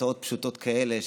הצעות פשוטות כאלה,